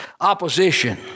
opposition